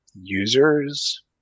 users